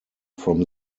from